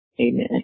Amen